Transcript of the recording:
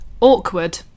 Awkward